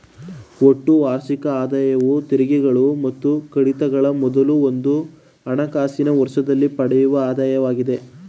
ಒಟ್ಟು ವಾರ್ಷಿಕ ಆದಾಯವು ತೆರಿಗೆಗಳು ಮತ್ತು ಕಡಿತಗಳ ಮೊದಲು ಒಂದು ಹಣಕಾಸಿನ ವರ್ಷದಲ್ಲಿ ಪಡೆಯುವ ಆದಾಯವಾಗಿದೆ